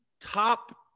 top